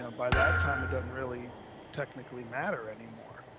um by that time it doesn't really technically matter anymore.